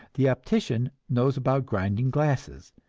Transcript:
the optician knows about grinding glasses,